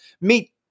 Meet